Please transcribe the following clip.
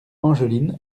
angeline